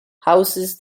houses